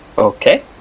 Okay